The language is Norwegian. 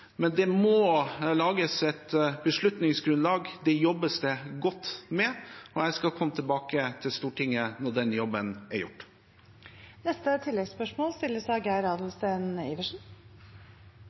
Men det må lages et beslutningsgrunnlag. Det jobbes det godt med, og jeg skal komme tilbake til Stortinget når den jobben er gjort. Det åpnes for oppfølgingsspørsmål – først Geir